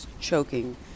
choking